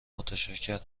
متشکرم